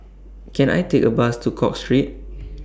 Can I Take A Bus to Cook Street